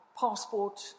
passport